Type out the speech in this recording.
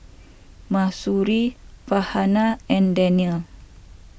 Mahsuri Farhanah and Daniel